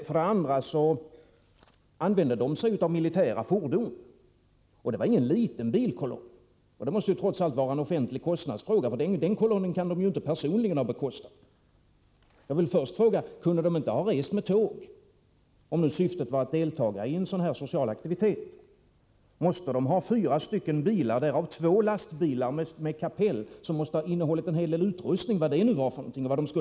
För det andra använde man sig av militära fordon. Och det rörde sig inte om någon liten bilkolonn. Det måste vara en offentlig kostnadsfråga, för deltagarna kan ju inte personligen ha bekostat denna kolonn. Kunde de inte ha rest med tåg, om nu syftet var att delta i en sådan här social aktivitet? Måste de ha fyra bilar, därav två lastbilar med kapell, som måste ha innehållit utrustning? Vad den bestod av och vad man skulle göra med den vet jag inte.